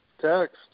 text